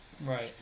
Right